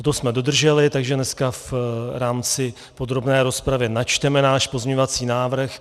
Toto jsme dodrželi, takže dneska v rámci podrobné rozpravy načteme náš pozměňovací návrh.